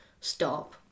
stop